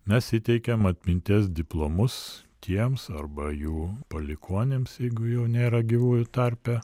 mes įteikėm atminties diplomus tiems arba jų palikuonims jeigu jau nėra gyvųjų tarpe